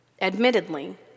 Admittedly